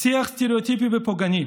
שיח סטריאוטיפי ופוגעני,